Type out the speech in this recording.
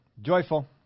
Joyful